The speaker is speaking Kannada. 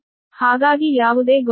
ಹಾಗಾಗಿ ಯಾವುದೇ ಗೊಂದಲ ಬೇಡ